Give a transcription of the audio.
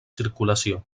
circulació